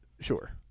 sure